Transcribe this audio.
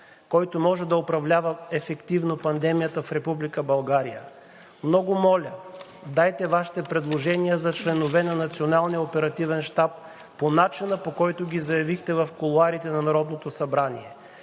който може да управлява ефективно пандемията в Република България, много моля, дайте Вашите предложения за членове на Националния оперативен щаб по начина, по който ги заявихте в кулоарите на Народното събрание.